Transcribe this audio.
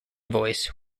voice